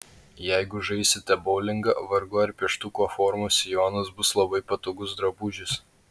jeigu žaisite boulingą vargu ar pieštuko formos sijonas bus labai patogus drabužis